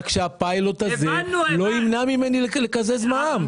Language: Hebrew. שהפיילוט הזה לא ימנע ממני לקזז מע"מ.